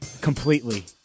completely